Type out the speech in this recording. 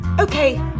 Okay